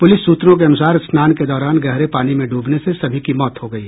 police सूत्रों के अनुसार स्नान के दौरान गहरे पानी में डूबने से सभी की मौत हो गयी